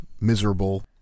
miserable